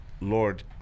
lord